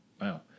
Wow